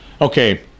Okay